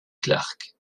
clark